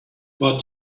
but